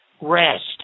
rest